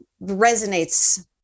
resonates